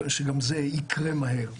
גם זה יקרה מהר.